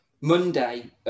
Monday